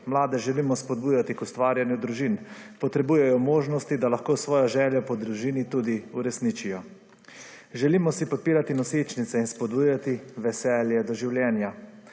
Mlade želimo spodbujati k ustvarjanju družin. Potrebujejo možnosti, da lahko svoje želje po družini tudi uresničijo. Želimo si podpirati nosečnice in spodbujati veselje do življenja.